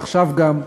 ועכשיו גם,